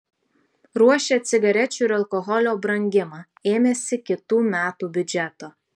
ruošia cigarečių ir alkoholio brangimą ėmėsi kitų metų biudžeto